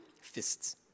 fists